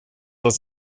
oss